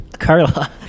Carla